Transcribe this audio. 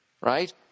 right